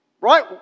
Right